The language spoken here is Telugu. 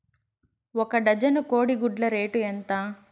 ఒక డజను కోడి గుడ్ల రేటు ఎంత?